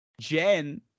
Jen